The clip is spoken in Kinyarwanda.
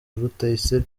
rutayisire